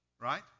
Right